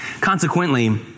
Consequently